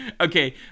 Okay